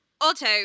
Auto